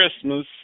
Christmas